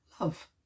love